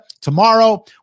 Tomorrow